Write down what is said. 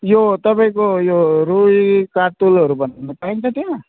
यो तपाईँको यो रुई कातुलहरू भन्ने पाइन्छ त्यहाँ